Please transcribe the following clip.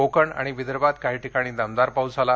कोकण आणि विदर्भात काही ठिकाणी दमदार पाऊस झाला